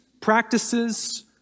practices